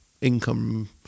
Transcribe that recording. income